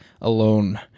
alone